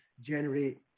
generate